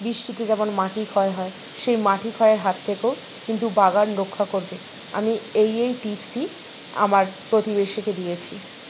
বৃষ্টিতে যেমন মাটি ক্ষয় হয় সেই মাটি ক্ষয়ের হাত থেকেও কিন্তু বাগান রক্ষা করবে আমি এই এই টিপসই আমার প্রতিবেশিকে দিয়েছি